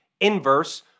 inverse